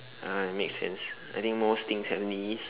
ah it makes sense I think most things having this